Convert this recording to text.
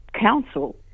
council